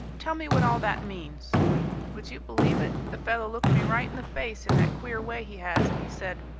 tell me what all that means would you believe it, the fellow looked me right in the face in that queer way he has and he said,